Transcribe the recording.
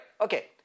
Okay